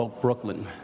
Brooklyn